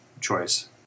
choice